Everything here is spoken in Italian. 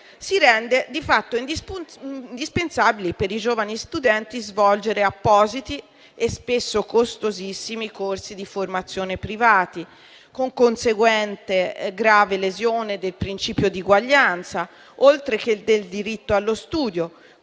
si rende di fatto indispensabile per i giovani studenti svolgere appositi, e spesso costosissimi, corsi di formazione privati, con conseguente grave lesione del principio di uguaglianza, oltre che del diritto allo studio,